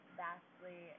vastly